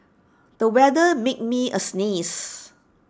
the weather made me sneeze